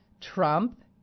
Trump